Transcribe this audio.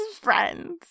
friends